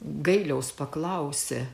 gailiaus paklausė